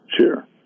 sure